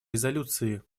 резолюции